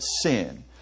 sin